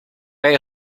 rey